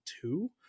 two